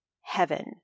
heaven